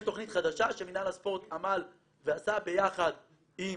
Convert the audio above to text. לא --- יש תכנית חדשה שמינהל הספורט עמל ועשה ביחד עם